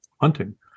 hunting